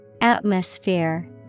Atmosphere